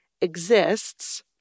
exists